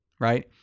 right